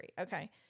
Okay